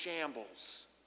shambles